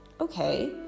okay